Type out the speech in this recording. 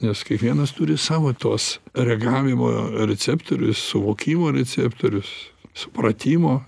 nes kiekvienas turi savo tuos reagavimo receptorius suvokimo receptorius supratimo